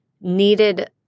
needed